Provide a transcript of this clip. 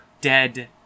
dead